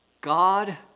God